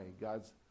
God's